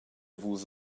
vus